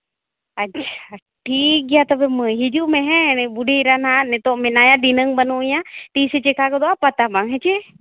ᱟᱪᱪᱷᱟ ᱴᱷᱤᱠ ᱜᱮᱭᱟ ᱛᱚᱵᱮ ᱢᱟᱹᱭ ᱦᱤᱡᱩᱜ ᱢᱮ ᱦᱮᱸ ᱵᱩᱰᱷᱤ ᱮᱨᱟ ᱱᱟᱸᱜ ᱱᱤᱛᱚᱜ ᱢᱮᱱᱟᱭᱟ ᱫᱷᱤᱱᱟᱹᱝ ᱵᱟᱹᱱᱩᱭᱟ ᱛᱤᱸᱥᱮ ᱪᱤᱠᱟ ᱜᱚᱫᱚᱜᱼᱟ ᱯᱟᱛᱛᱟ ᱵᱟᱝ ᱦᱮᱸ ᱥᱮ